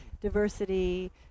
diversity